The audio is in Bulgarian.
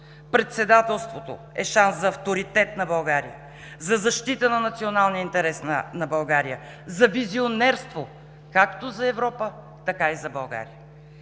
Председателството е шанс за авторитет на България, за защита на националния интерес на България, за визионерство както за Европа, така и за България.